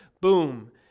boom